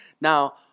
Now